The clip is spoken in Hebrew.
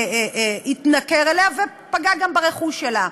התנכל לה ופגע גם ברכוש שלה.